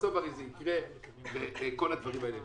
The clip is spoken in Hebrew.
בסוף זה יקרה וכל הדברים האלה יבוצעו.